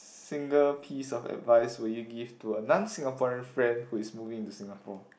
single piece of advice would you give to a non Singaporean friend who is moving into Singapore